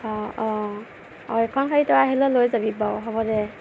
অঁ অঁ অঁ এইখন শাড়ী তই আহিলে লৈ যাবি বাৰু হ'বদে